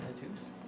tattoos